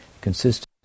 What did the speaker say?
consistent